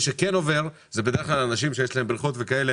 שכן עובר זה בדרך-כלל אלה אנשים שיש להם בריכות וכדומה